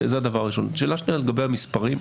שאלה שנייה לגבי המספרים.